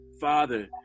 father